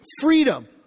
freedom